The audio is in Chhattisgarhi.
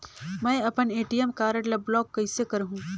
मै अपन ए.टी.एम कारड ल ब्लाक कइसे करहूं?